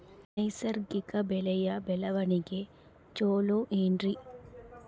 ನೈಸರ್ಗಿಕ ಬೆಳೆಯ ಬೆಳವಣಿಗೆ ಚೊಲೊ ಏನ್ರಿ?